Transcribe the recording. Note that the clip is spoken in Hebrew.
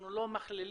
אנחנו לא מכלילים,